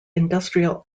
industrial